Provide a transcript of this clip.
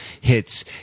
hits